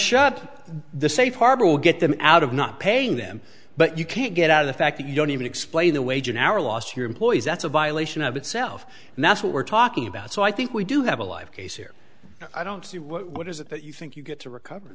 shop the safe harbor will get them out of not paying them but you can't get out of the fact that you don't even explain the wage an hour lost your employees that's a violation of itself and that's what we're talking about so i think we do have a live case here i don't see what is it that you think you get to recover